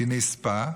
כי נספה,